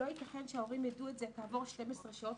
לא יתכן שההורים יידעו את זה כעבור 12 שעות,